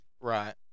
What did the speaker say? Right